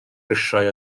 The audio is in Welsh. grisiau